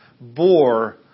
bore